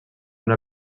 una